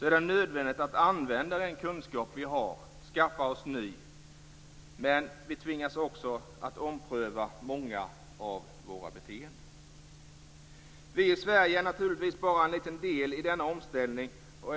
är det nödvändigt att använda den kunskap vi har och skaffa oss ny. Men vi tvingas också att ompröva många av våra beteenden. Vi i Sverige är naturligtvis bara en liten del i denna omställning.